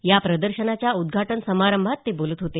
या प्रदर्शनाच्या उद्घाटन समारंभात ते बोलत होते